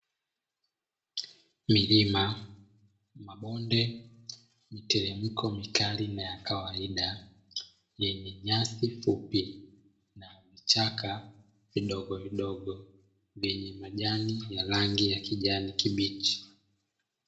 Milima, mabonde, miteremko mikali na ya kawaida, yenye nyasi fupi na vichaka vidogo vidogo, vyenye majani ya rangi ya kijani kibichi.